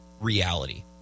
reality